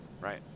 Right